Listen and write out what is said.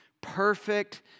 perfect